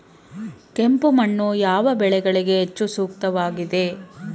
ಕೆಂಪು ಮಣ್ಣು ಯಾವ ಬೆಳೆಗಳಿಗೆ ಹೆಚ್ಚು ಸೂಕ್ತವಾಗಿದೆ?